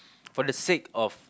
for the sake of